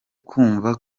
kumva